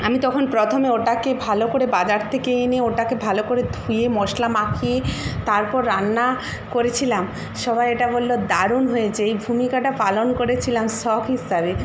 আমি তখন প্রথমে ওটাকে ভালো করে বাজার থেকে এনে ওটাকে ভালো করে ধুয়ে মশলা মাখিয়ে তারপর রান্না করেছিলাম সবাই এটা বলল দারুণ হয়েছে এই ভূমিকাটা পালন করেছিলাম শখ হিসাবে